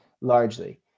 largely